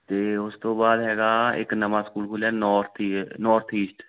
ਅਤੇ ਉਸ ਤੋਂ ਬਾਅਦ ਹੈਗਾ ਇੱਕ ਨਵਾਂ ਸਕੂਲ ਖੁੱਲ੍ਹਿਆ ਨੋਰਥ ਈ ਨੋਰਥ ਈਸਟ